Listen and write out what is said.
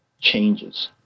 changes